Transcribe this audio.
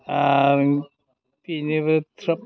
आरो बेनिफ्राय थ्रोब